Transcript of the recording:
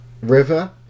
River